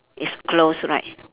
is closed right